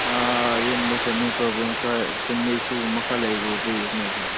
ꯑꯥ ꯌꯨꯝꯗ family problem ꯈꯔ family ꯏꯁꯨꯒꯨꯝꯕ ꯈꯔ ꯂꯩꯔꯨꯕꯒꯤꯅꯦ ꯁꯥꯔ